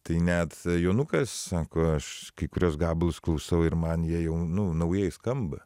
tai net jonukas sako aš kai kuriuos gabalus klausau ir man jie jau nu naujai skamba